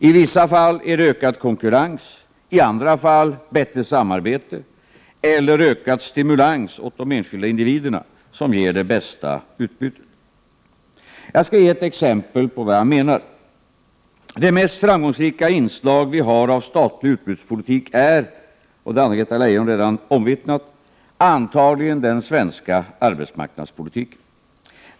I vissa fall är det ökad konkurrens, i andra fall bättre samarbete eller ökad stimulans åt de enskilda individerna som ger det bästa utbytet. Jag skall ge ett exempel på vad jag menar. Det mest framgångsrika inslag vi har av statlig utbudspolitik är antagligen — och det har Anna-Greta Leijon redan omvittnat — den svenska arbetsmarknadspolitiken.